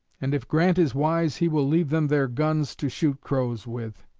and if grant is wise he will leave them their guns to shoot crows with.